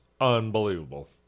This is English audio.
unbelievable